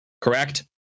correct